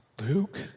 Luke